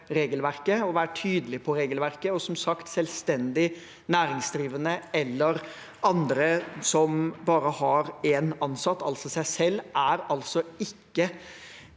regelverket og være tydelig på regelverket. Som sagt er selvstendig næringsdrivende eller andre som bare har én ansatt, altså seg selv, ikke